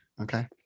Okay